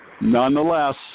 nonetheless